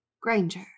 Granger